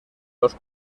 los